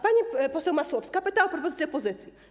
Pani poseł Masłowska pytała o propozycję opozycji.